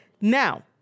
Now